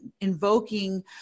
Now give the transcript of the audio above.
invoking